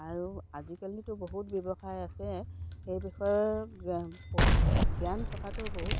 আৰু আজিকালিতো বহুত ব্যৱসায় আছে সেই বিষয়ে জ্ঞান থকাটো বহুত